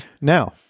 Now